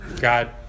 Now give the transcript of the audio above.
God